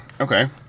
Okay